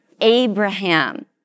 Abraham